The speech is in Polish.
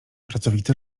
pracowity